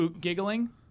giggling